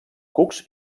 cucs